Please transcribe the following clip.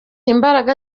imbaraga